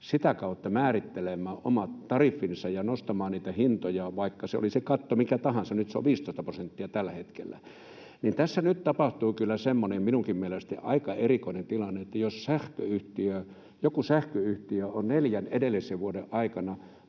sitä kautta määrittelemään omat tariffinsa ja nostamaan niitä hintojaan, oli se katto mikä tahansa. Nyt se on 15 prosenttia tällä hetkellä. Tässä nyt tapahtuu kyllä minunkin mielestäni semmoinen aika erikoinen tilanne, että jos joku sähköyhtiö on neljän edellisen vuoden aikana